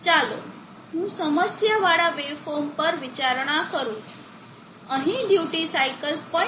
ચાલો હું સમસ્યા વાળા વેવફોર્મ પર વિચારણા કરું છું અહીં ડ્યુટી સાઇકલ 0